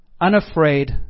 unafraid